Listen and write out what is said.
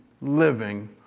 living